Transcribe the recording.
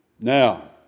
Now